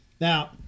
Now